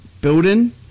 building